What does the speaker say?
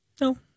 No